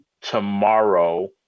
tomorrow